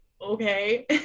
okay